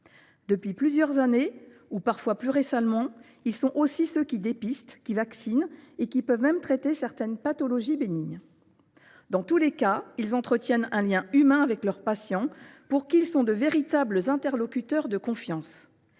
depuis plusieurs années ou parfois plus récemment, ils dépistent, vaccinent et peuvent même traiter certaines pathologies bénignes. Dans tous les cas, ils entretiennent un lien humain avec leurs patients, pour lesquels ils sont de véritables interlocuteurs de confiance.